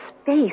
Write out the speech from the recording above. space